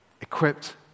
equipped